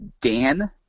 Dan